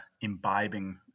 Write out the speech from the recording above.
imbibing